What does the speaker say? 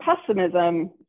pessimism